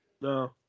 No